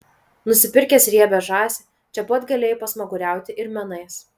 nusipirkęs riebią žąsį čia pat galėjai pasmaguriauti ir menais